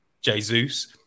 Jesus